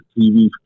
TV